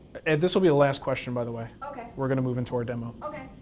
and this will be the last question, by the way. okay. we're gonna move into our demo. okay.